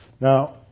Now